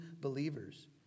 believers